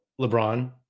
LeBron